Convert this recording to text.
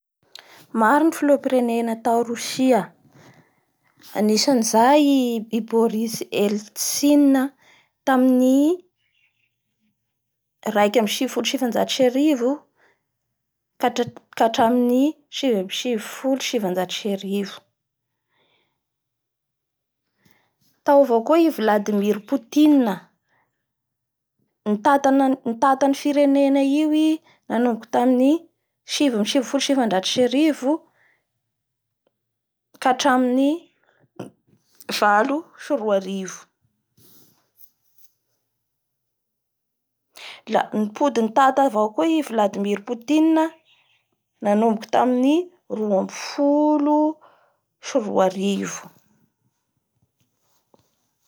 Maro ny filohampirenena tao Rosia, anisan'izay Iboris Eltsine tamin'ny raika ambin'ny sivifolo sy sivanjato sy arivo ka hatramin'ny sivy ambin'ny sivifolosy sivanjato sy arivo tao avao koa i Vladmir Poutine nitanan-nitanta an'ny firenena io i nanaomboky tamin'ny sivy ambin'ny sivifolo sy sivanjato sy arivo ka hatramin'ny valo sy roa arivo. La nipody nitanta avao koa i Vladmir Poutine nanomboky tamin'ny roa ambin'ny folo sy roa arivo.